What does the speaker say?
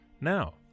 Now